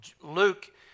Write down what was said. Luke